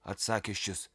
atsakė šis